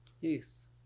Yes